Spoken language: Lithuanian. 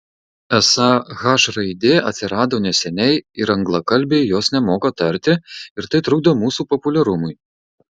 esą h raidė atsirado neseniai ir anglakalbiai jos nemoka tarti ir tai trukdo mūsų populiarumui